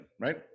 right